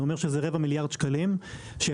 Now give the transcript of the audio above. זה אומר שזה רבע מיליארד שקלים שיצרנים